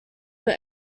were